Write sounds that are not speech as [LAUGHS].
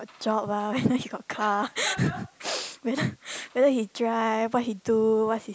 a job lah whether he got car [LAUGHS] whether whether he drive what he do what's his